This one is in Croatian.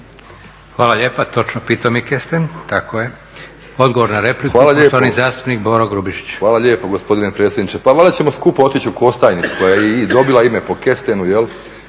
Hvala lijepa. Točno, pitomi kesten. Tako je. Odgovor na repliku, poštovani zastupnik Boro Grubišić. **Grubišić, Boro (HDSSB)** Hvala lijepo gospodine predsjedniče. Pa morat ćemo skupa otići u Kostajnicu koja je i dobila ime po kestenu,